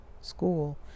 school